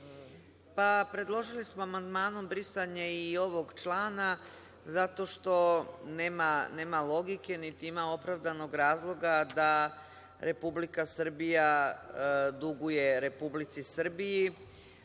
Predložili smo amandmanom brisanje i ovog člana, zato što nema logike, niti ima opravdanog razloga da Republika Srbija duguje Republici Srbiji,